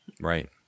Right